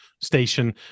station